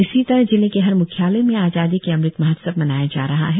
इसी तरह जिले के हर मुख्यालय में आजादी की अमृत महोत्सव मनाया जा रहा है